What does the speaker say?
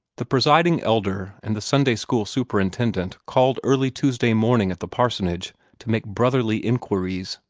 the presiding elder and the sunday-school superintendent called early tuesday morning at the parsonage to make brotherly inquiries,